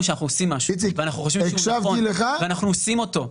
שאנחנו עושים משהו ואנחנו חושבים שהוא נכון ואנחנו עושים אותו,